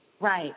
Right